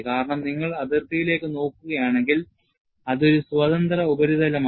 കാരണം നിങ്ങൾ അതിർത്തിയിലേക്ക് നോക്കുകയാണെങ്കിൽ അത് ഒരു സ്വതന്ത്ര ഉപരിതലമാണ്